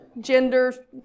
gender